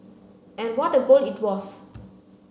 and what a goal it was